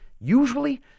usually